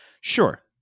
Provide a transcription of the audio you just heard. Sure